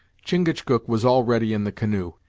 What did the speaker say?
chingachgook was already in the canoe,